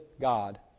God